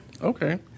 Okay